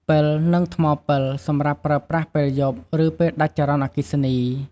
ពិល និងថ្មពិល សម្រាប់ប្រើប្រាស់ពេលយប់ ឬពេលដាច់ចរន្តអគ្គិសនី។